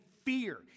fear